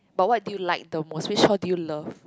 but what do you like the most which one do you love